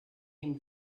him